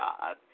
God